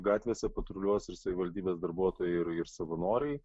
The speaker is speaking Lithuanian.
gatvėse patruliuos ir savivaldybės darbuotojai ir ir savanoriai